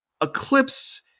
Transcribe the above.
Eclipse